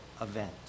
event